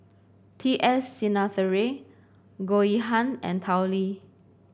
T S Sinnathuray Goh Yihan and Tao Li